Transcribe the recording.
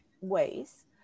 ways